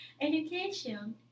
education